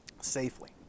safely